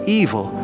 evil